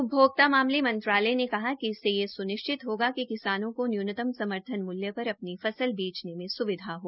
उपभोक्ता मामले मंत्रालय ने कहा कि इससेयह सुनिश्चित होगा कि किसानों को न्यूनतम समर्थन मूल्य पर अपनी फसल बेचने में सुविधा हो